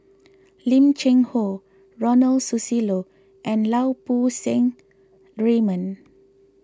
Lim Cheng Hoe Ronald Susilo and Lau Poo Seng Raymond